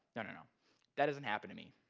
no, no, that doesn't happen to me.